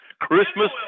Christmas